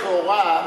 לכאורה,